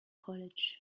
college